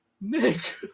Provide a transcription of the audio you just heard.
Nick